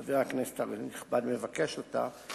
חבר הכנסת הנכבד מבקש אותה,